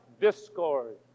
discord